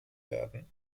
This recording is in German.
werden